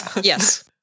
Yes